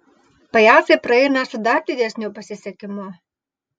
pajacai praeina su dar didesniu pasisekimu